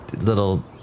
little